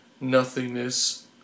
nothingness